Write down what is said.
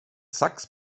sachs